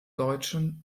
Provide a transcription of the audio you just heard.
deutschen